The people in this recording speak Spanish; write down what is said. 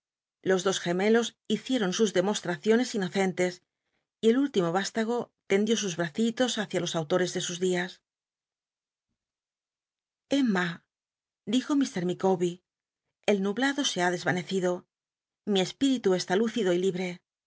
los dos gemelos hicieron sus demostraciones inocentes y el último vüstago tendió us bracitos hricia los aulores de sus c lias emma dijo mr micity bcr el nublado se ha desyaneciclo mi espiji tu cst lúcido y libre